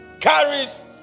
carries